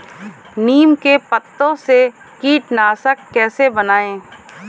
नीम के पत्तों से कीटनाशक कैसे बनाएँ?